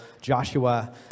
Joshua